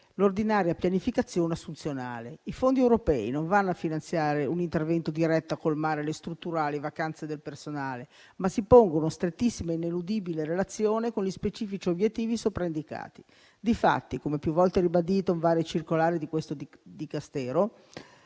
l'ordinaria pianificazione assunzionale. I fondi europei non vanno a finanziare un intervento diretto a colmare le strutturali vacanze del personale, ma si pongono in strettissima e ineludibile relazione con gli specifici obiettivi sopraindicati. Difatti, come più volte ribadito in varie circolari di questo Dicastero,